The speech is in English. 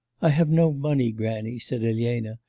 i have no money, grannie said elena,